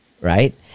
right